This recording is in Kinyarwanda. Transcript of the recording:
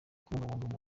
kubungabunga